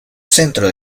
centro